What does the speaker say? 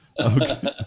Okay